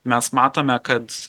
mes matome kad